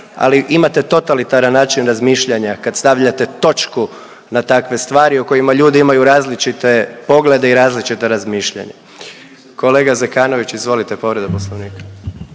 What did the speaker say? ali imate totalitaran način razmišljanja kad stavljate točku na takve stvari o kojima ljudi imaju različite poglede i različita razmišljanja. Kolega Zekanović izvolite, povreda Poslovnika.